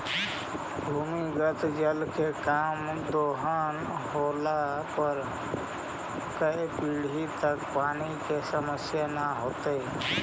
भूमिगत जल के कम दोहन होला पर कै पीढ़ि तक पानी के समस्या न होतइ